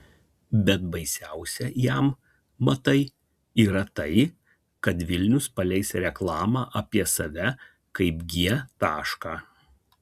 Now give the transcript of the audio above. bet baisiausia jam matai yra tai kad vilnius paleis reklamą apie save kaip g tašką